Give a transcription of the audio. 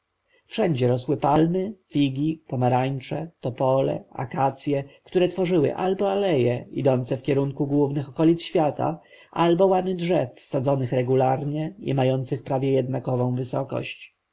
wszędzie rosły palmy figi pomarańcze topole akacje które tworzyły albo aleje idące w kierunku głównych okolic świata albo łany drzew sadzonych regularnie i mających prawie jednakową wysokość